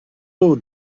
all